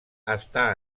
està